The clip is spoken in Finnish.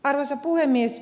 arvoisa puhemies